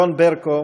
ג'ון ברקו,